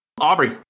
Aubrey